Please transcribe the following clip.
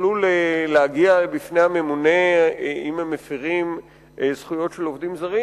יגיעו לממונה אם הם מפירים זכויות של עובדים זרים?